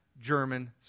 German